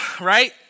right